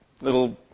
little